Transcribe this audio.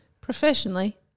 Professionally